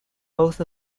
both